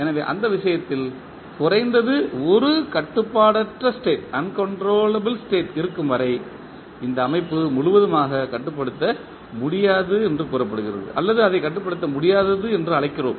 எனவே அந்த விஷயத்தில் குறைந்தது ஒரு கட்டுப்பாடற்ற ஸ்டேட் இருக்கும் வரை இந்த அமைப்பு முழுவதுமாக கட்டுப்படுத்த முடியாது என்று கூறப்படுகிறது அல்லது அதை கட்டுப்படுத்த முடியாதது என்று அழைக்கிறோம்